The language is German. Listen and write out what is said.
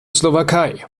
slowakei